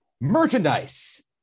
Merchandise